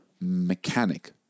mechanic